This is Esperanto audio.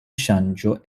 ŝanĝo